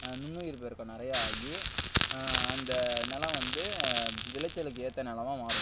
நுண்ணுயிர் பெருக்கம் நிறையா ஆகி அந்த நிலம் வந்து விளைச்சலுக்கு ஏற்ற நிலமா மாறும்